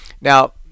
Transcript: Now